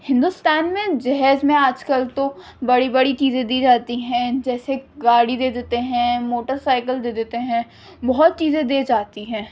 ہندوستان میں جہیز میں آج کل تو بڑی بڑی چیزیں دی جاتی ہیں جیسے گاڑی دے دیتے ہیں موٹر سائکل دے دیتے ہیں بہت چیزیں دی جاتی ہیں